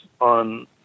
on